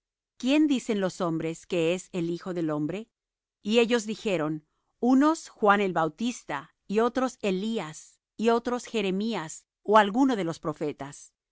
quién dicen los hombres que es el hijo del hombre y ellos dijeron unos juan el bautista y otros elías y otros jeremías ó alguno de los profetas